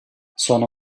sono